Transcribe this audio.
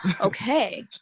okay